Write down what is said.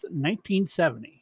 1970